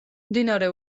მდინარე